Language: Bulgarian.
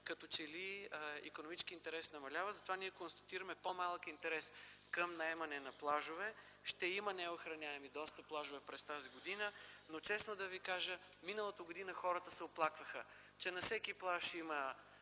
като че ли икономическият интерес намалява. Затова ние констатираме по-малък интерес към наемане на плажове. Ще има неохраняеми доста плажове през тази година. Честно да ви кажа, миналата година хората се оплакваха, че на всеки плаж има